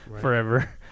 forever